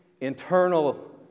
internal